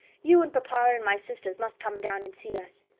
you and papa, and my sisters, must come down and see us.